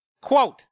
Quote